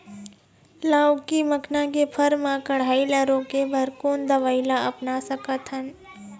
लाउकी मखना के फर मा कढ़ाई ला रोके बर कोन दवई ला अपना सकथन?